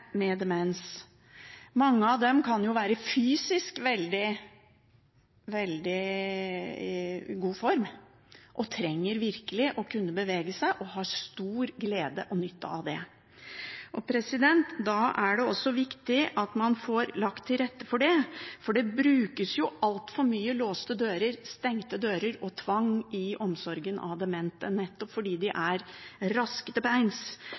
med demens. Mange av dem kan være i fysisk veldig god form. De trenger virkelig å kunne bevege seg, og de har stor glede og nytte av det. Da er det også viktig at man får lagt til rette for det. Det brukes i altfor stor grad låste dører og tvang i omsorgen av demente, nettopp fordi de er raske